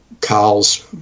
Carl's